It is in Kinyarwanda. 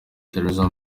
theresa